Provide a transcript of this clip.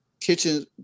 Kitchens